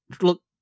look